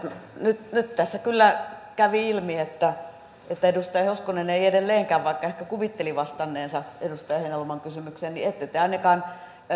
nyt nyt tässä kyllä kävi ilmi että että edustaja hoskonen ei edelleenkään vastannut vaikka ehkä kuvittelitte vastanneenne edustaja heinäluoman kysymykseen niin ette te ainakaan siihen